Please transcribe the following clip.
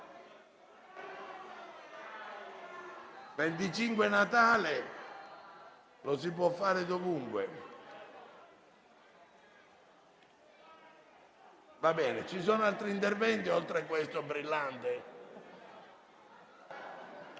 Il Natale lo si può fare dovunque. Ci sono altri interventi oltre a questo brillante?